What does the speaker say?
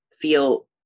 feel